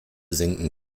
sinken